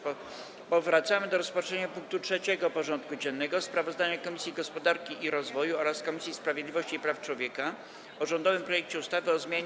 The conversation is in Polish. Powracamy do rozpatrzenia punktu 3. porządku dziennego: Sprawozdanie Komisji Gospodarki i Rozwoju oraz Komisji Sprawiedliwości i Praw Człowieka o rządowym projekcie ustawy o zmianie